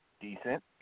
decent